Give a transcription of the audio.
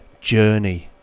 journey